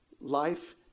life